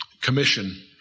commission